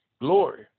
Glory